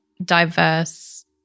diverse